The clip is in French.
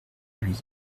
lui